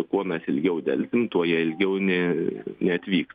kuo mes ilgiau delsim tuo jie ilgiau ne neatvyks